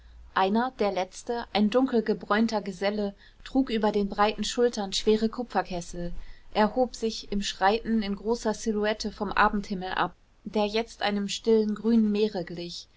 einer der letzte ein dunkel gebräunter geselle trug über den breiten schultern schwere kupferkessel er hob sich im schreiten in großer silhouette vom abendhimmel ab der jetzt einem stillen grünen meere glich